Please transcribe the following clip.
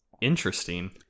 Interesting